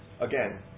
again